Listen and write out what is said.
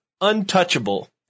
untouchable